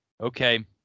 okay